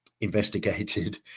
investigated